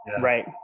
Right